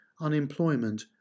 unemployment